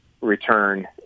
return